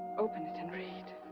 open it and read.